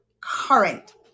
current